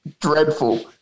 dreadful